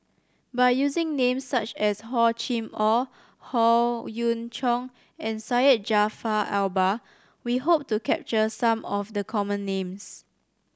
by using names such as Hor Chim Or Howe Yoon Chong and Syed Jaafar Albar we hope to capture some of the common names